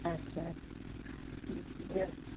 अच्छा जीअं